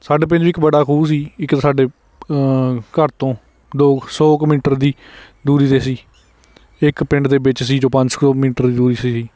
ਸਾਡੇ ਪਿੰਡ ਵੀ ਇੱਕ ਵੱਡਾ ਖੂਹ ਸੀ ਇੱਕ ਸਾਡੇ ਘਰ ਤੋਂ ਦੋ ਸੌ ਕੁ ਮੀਟਰ ਦੀ ਦੂਰੀ 'ਤੇ ਸੀ ਇੱਕ ਪਿੰਡ ਦੇ ਵਿੱਚ ਸੀ ਜੋ ਪੰਜ ਸੌ ਕੁ ਮੀਟਰ ਦੀ ਦੂਰੀ 'ਤੇ ਸੀ